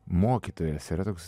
mokytojas yra toks